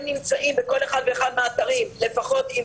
הם נמצאים בכל אחד ואחד מהאתרים לפחות עם